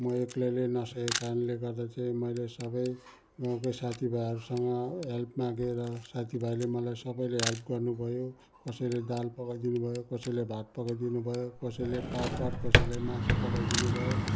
म एक्लैले नसकेको कारणले गर्दा चाहिँ मैले सबै गाउँकै साथी भाइहरूसँग हेल्प मागेर साथीभाइले मलाई सबैले हेल्प गर्नुभयो कसैले दाल पकाइ दिनुभयो कसैले भात पकाइ दिनुभयो कसैले पापड कसैले मासु पकाइ दिनुभयो